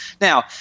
Now